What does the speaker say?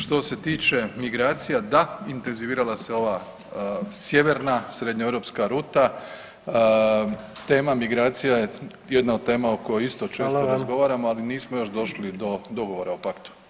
Što se tiče migracija, da, intenzivirala se ova sjeverna srednjoeuropska ruta, tema migracija je jedna od tema o kojoj isto često razgovaramo, ali nismo još došli do dogovora o paktu.